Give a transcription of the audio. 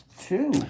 two